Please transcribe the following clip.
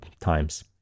times